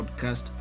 podcast